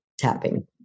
Tapping